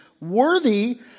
worthy